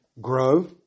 grow